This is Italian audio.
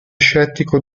scettico